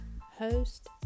host